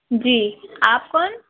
جی آپ کون